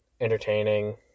entertaining